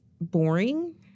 boring